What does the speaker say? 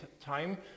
time